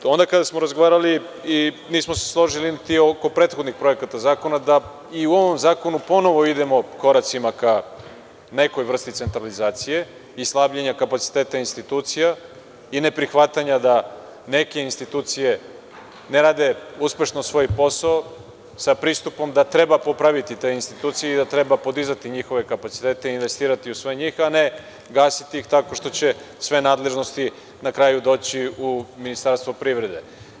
Onda kada smo razgovarali i nismo se složili nitioko prethodnih projekata zakona, da i u ovom zakonu ponovo idemo koracima ka nekoj vrsti centralizacije i slabljenje kapaciteta institucija i neprihvatanje da neke institucije ne rade uspešno svoj posao sa pristupom da treba popraviti te institucije, i da treba podizati njihove kapacitete, investirati u sve njih, a ne gasiti ih tako što će sve nadležnosti na kraju doći u Ministarstvo privrede.